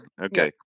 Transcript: Okay